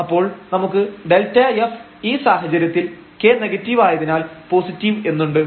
അപ്പോൾ നമുക്ക് Δf ഈ സാഹചര്യത്തിൽ k നെഗറ്റീവ് ആയതിനാൽ പോസിറ്റീവ് എന്നുണ്ട്